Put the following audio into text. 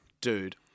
Dude